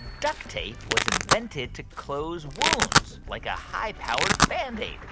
duct tape was invented to close wounds like a high-powered band-aid?